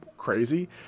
crazy